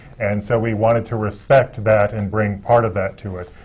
and so we wanted to respect that, and bring part of that to it.